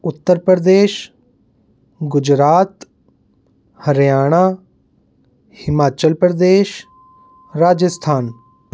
Uttar Pradesh Gujarat Haryana Himachal Pradesh Rajasthan